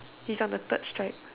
his on the third stripe